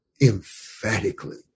emphatically